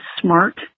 smart